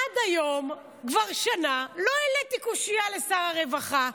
עד היום, כבר שנה, לא העליתי קושיה לשר הרווחה.